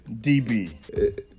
DB